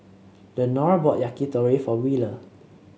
Lenore bought Yakitori for Wheeler